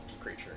creature